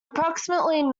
approximately